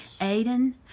Aiden